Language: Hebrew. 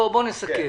בואו נסכם.